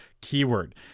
keyword